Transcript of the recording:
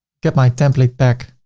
get my template pack.